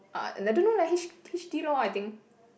uh I don't know leh H H_D lor I think